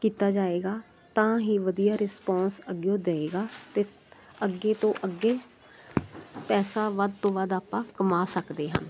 ਕੀਤਾ ਜਾਏਗਾ ਤਾਂ ਹੀ ਵਧੀਆ ਰਿਸਪਾਂਸ ਅੱਗੇ ਉਹ ਦਏਗਾ ਅਤੇ ਅੱਗੇ ਤੋਂ ਅੱਗੇ ਪੈਸਾ ਵੱਧ ਤੋਂ ਵੱਧ ਆਪਾਂ ਕਮਾ ਸਕਦੇ ਹਾਂ